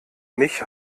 mich